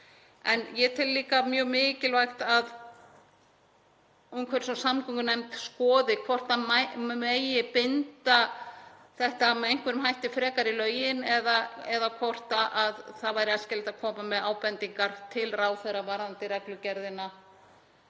en ég tel líka mjög mikilvægt að umhverfis- og samgöngunefnd skoði hvort megi binda þetta með einhverjum hætti frekar í lögin eða hvort það væri æskilegt að koma með ábendingar til ráðherra varðandi reglugerðina,